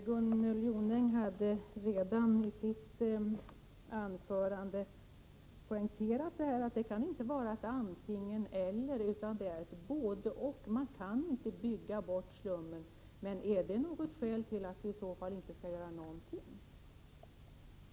Gunnel Jonäng poängterade redan i sitt huvudanförande att det inte kan vara fråga om ett antingen —eller utan att det måste vara fråga om ett både—och. Man kan inte bygga bort slummen. Men skulle det vara ett skäl till att inte göra någonting?